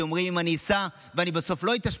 כי הם אומרים: אם אני אסע ובסוף לא אתאשפז,